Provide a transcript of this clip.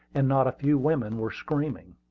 and not a few women were screaming.